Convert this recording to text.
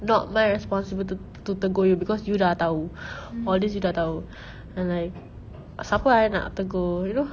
not my responsible to~ to tegur you because you dah tahu all this you dah tahu and like siapa I nak tegur you know